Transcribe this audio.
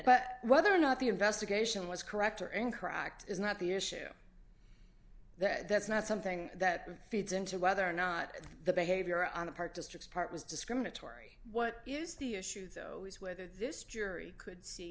but whether or not the investigation was correct or incorrect is not the issue that that's not something that feeds into whether or not the behavior on the part district part was discriminatory what is the issue though is whether this jury could see